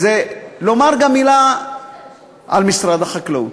לומר גם מילה על משרד החקלאות.